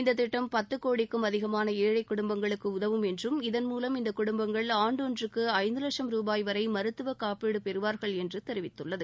இந்த திட்டம் பத்து கோடிக்கும் அதிகமான ஏழை குடும்பங்களுக்கு உதவும் என்றும் இதன் மூலம் இந்த குடுப்பங்கள் ஆண்டு ஒன்றுக்கு ஐந்து லட்சும் ரூபாய் வரை மருத்துவக்காப்பீடு பெறுவார்கள் என்று தெரிவித்துள்ளது